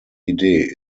idee